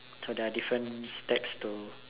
so there are different steps to